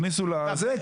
הכניסו לזה,